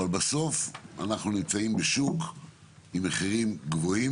אבל בסוף אנחנו נמצאים בשוק עם מחירים גבוהים